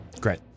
Great